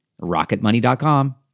RocketMoney.com